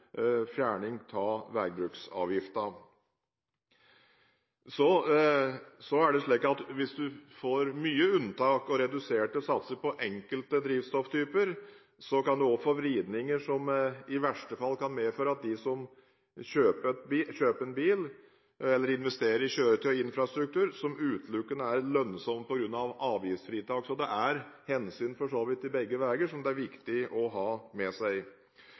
fjerning av veibruksavgiften. Hvis en får mange unntak og reduserte satser på enkelte drivstofftyper, kan en også få vridninger som i verste fall kan medføre at en investerer i kjøretøy og infrastruktur som utelukkende er lønnsomt på grunn av avgiftsfritak. Så det er hensyn å ta for så vidt i begge retninger, som det er viktig å ha med seg.